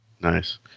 Nice